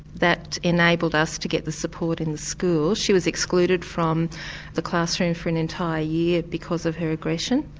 that enabled us to get the support in the school. she was excluded from the classroom for an entire year because of her aggression.